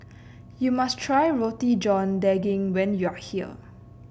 you must try Roti John Daging when you are here